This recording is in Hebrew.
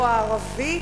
או הערבית,